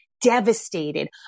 devastated